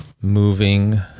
moving